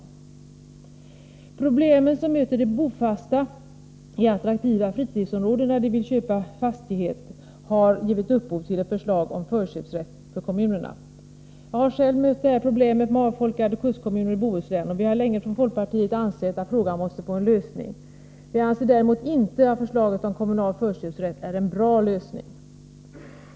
De problem som möter de bofasta i attraktiva fritidsområden när de vill köpa en fastighet har givit upphov till ett förslag om förköpsrätt för kommunerna. Jag har själv mött problemet med avfolkade kustkommuner i Bohuslän, och vi från folkpartiet har länge ansett att frågan måste få en lösning. Vi anser däremot inte att förslaget om kommunal förköpsrätt är en bra lösning.